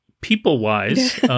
people-wise